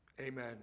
Amen